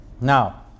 now